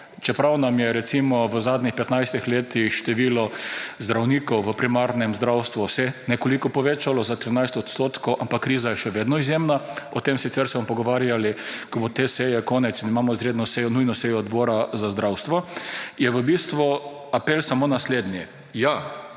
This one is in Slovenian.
čeprav nam je recimo v zadnjih petnajstih letih število zdravnikov v primarnem zdravstvu se nekoliko povečalo za 13 %, ampak kriza je še vedno izjemna. O tem sicer se bomo pogovarjali, ko bo te seje konec, imamo izredno sejo, nujno sejo Odbora za zdravstvo, je v bistvu apel samo naslednji. Ja,